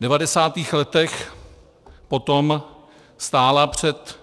V 90. letech potom stála před